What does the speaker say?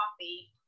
coffee